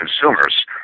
consumers